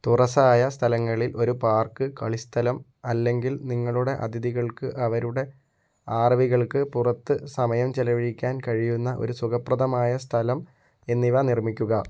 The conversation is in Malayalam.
തുറസ്സായ സ്ഥലങ്ങളിൽ ഒരു പാർക്ക് കളിസ്ഥലം അല്ലെങ്കിൽ നിങ്ങളുടെ അതിഥികൾക്ക് അവരുടെ ആർവികൾക്ക് പുറത്ത് സമയം ചെലവഴിക്കാൻ കഴിയുന്ന ഒരു സുഖപ്രദമായ സ്ഥലം എന്നിവ നിർമ്മിക്കുക